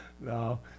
no